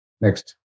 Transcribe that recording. Next